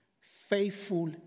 faithful